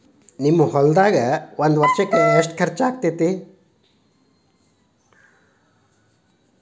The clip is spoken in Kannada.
ನಿಮ್ಮ ಹೊಲ್ದಾಗ ಒಂದ್ ವರ್ಷಕ್ಕ ಎಷ್ಟ ಖರ್ಚ್ ಆಕ್ಕೆತಿ?